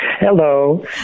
Hello